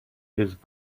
his